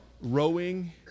rowing